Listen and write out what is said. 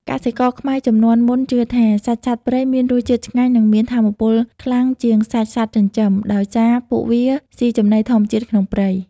កសិករខ្មែរជំនាន់មុនជឿថា សាច់សត្វព្រៃមានរសជាតិឆ្ងាញ់ និងមានថាមពលខ្លាំងជាងសាច់សត្វចិញ្ចឹម ដោយសារពួកវាស៊ីចំណីធម្មជាតិក្នុងព្រៃ។